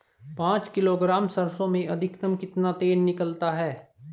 पाँच किलोग्राम सरसों में अधिकतम कितना तेल निकलता है?